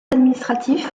administratif